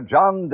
John